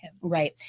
Right